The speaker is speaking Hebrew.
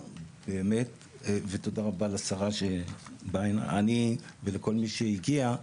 ותודה רבה לשרה שבאה הנה ולכל מי שהגיע.